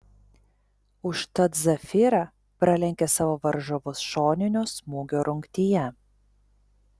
užtat zafira pralenkė savo varžovus šoninio smūgio rungtyje